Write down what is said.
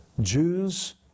Jews